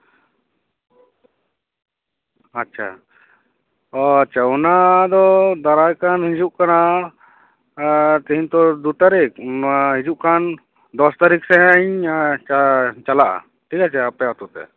ᱟᱪᱪᱷᱟ ᱚᱻ ᱟᱪᱪᱷᱟ ᱚᱱᱟᱫᱚ ᱫᱟᱨᱟᱭ ᱠᱟᱱ ᱦᱤᱡᱩᱜ ᱠᱟᱱᱟ ᱮᱸᱜ ᱛᱤᱦᱤᱧ ᱛᱚ ᱫᱩ ᱛᱟᱨᱤᱠᱷ ᱦᱤᱡᱩᱜ ᱠᱟᱱ ᱫᱚᱥ ᱛᱟᱨᱤᱠᱷ ᱥᱮᱫ ᱦᱟᱸᱜ ᱤᱧ ᱪᱟᱞᱟᱜᱼᱟ ᱴᱷᱤᱠ ᱟᱪᱷᱮ ᱟᱯᱮ ᱟᱹᱛᱩ ᱛᱮ